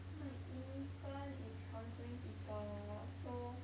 my intern is couselling people so